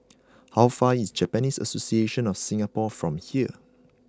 how far is Japanese Association of Singapore from here